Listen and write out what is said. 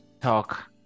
talk